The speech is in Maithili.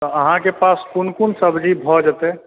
अहाँ के पास कोन कोन सब्जी भऽ जेतै